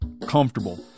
comfortable